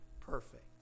perfect